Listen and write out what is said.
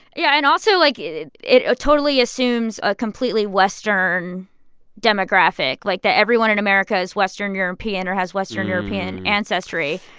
yeah. and also, like, it it ah totally assumes a completely western demographic, like, that everyone in america is western european or has western european ancestry.